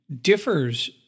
differs